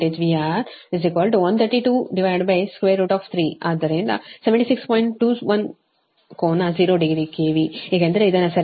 21 ಕೋನ 0 degree KV ಏಕೆಂದರೆ ಇದನ್ನು ಸರಿಯಾಗಿ ನೀಡಲಾಗಿದೆ